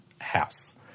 house